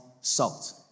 salt